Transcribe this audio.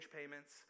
payments